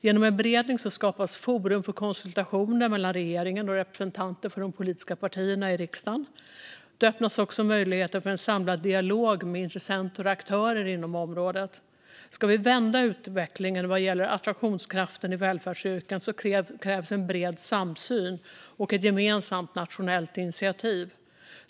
Genom en beredning skapas forum för konsultationer mellan regeringen och representanter för de politiska partierna i riksdagen. Då öppnas också möjligheter för en samlad dialog med intressenter och aktörer på området. Om vi ska vi vända utvecklingen vad gäller attraktionskraften i välfärdsyrkena krävs en bred samsyn och ett gemensamt nationellt initiativ.